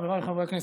חבריי חברי הכנסת,